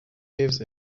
gives